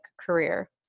career